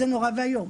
זה נורא ואיום.